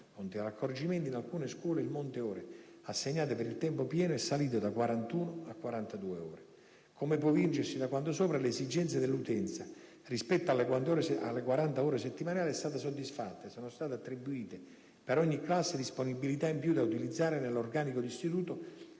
Con tali accorgimenti, in alcune scuole il monte ore assegnato per il tempo pieno è salito da 41 a 42 ore. Come può evincersi da quanto sopra, l'esigenza dell'utenza rispetto alle 40 ore settimanali è stata soddisfatta e sono state attribuite per ogni classe disponibilità in più da utilizzare nell'organico d'istituto,